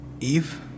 Eve